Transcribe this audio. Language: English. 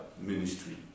ministry